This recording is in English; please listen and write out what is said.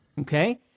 okay